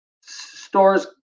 stores